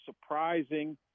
surprising